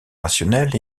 rationnel